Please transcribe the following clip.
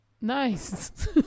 Nice